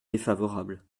défavorable